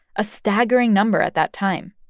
a staggering number at that time.